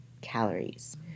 calories